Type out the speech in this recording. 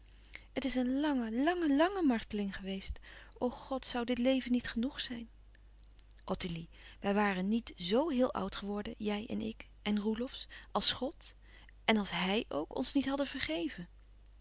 het is een lange lànge lànge marteling geweest o god zoû dit leven niet genoeg zijn ottilie wij waren niet zo heel oud geworden jij en ik en roelofsz als god en als hij ook ons niet hadden vergeven